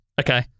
Okay